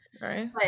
right